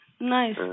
nice